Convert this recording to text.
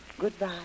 Goodbye